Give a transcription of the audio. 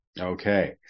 Okay